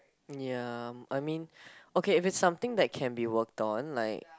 ya I mean okay if it's something that can be work on like